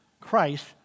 Christ